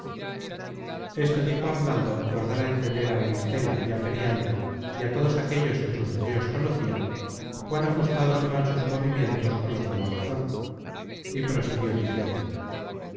esto dijo arnaldo por dar á entender á auristela y á periandro y a todos aquellos que sus deseos conocian cuán ajustados iban sus movimientos con los de la razon y prosiguió diciendo